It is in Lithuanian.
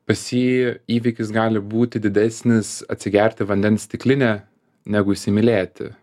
pas jį įvykis gali būti didesnis atsigerti vandens stiklinę negu įsimylėti